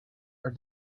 are